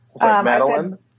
Madeline